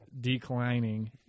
declining